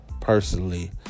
personally